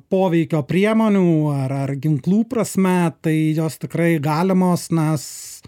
poveikio priemonių ar ar ginklų prasme tai jos tikrai galimos nes